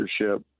leadership